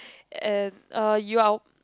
and uh you are